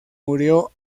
murió